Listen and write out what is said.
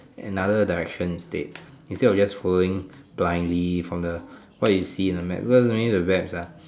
another direction instead instead of just following blindly from the what you see in the map cause only the maps ah